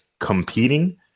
competing